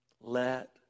let